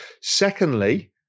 Secondly